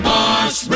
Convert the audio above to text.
Boss